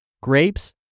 grapes